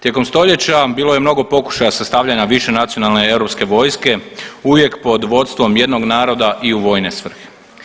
Tijekom stoljeća bilo je mnogo pokušaja sastavljanja višenacionalne europske vojske uvijek pod vodstvom jednog naroda i u vojne svrhe.